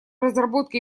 разработка